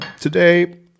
today